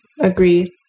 Agree